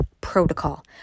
protocol